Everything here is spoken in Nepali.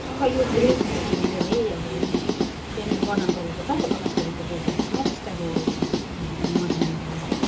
सहयोग पुऱ्याइरहेको है अब जुन चाहिँ त्यहाँनिर वर्णन गरेको छ नि त प्रकाश कोविदको त्यो उपन्यासमा टिस्टाको नदीमा